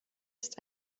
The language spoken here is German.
ist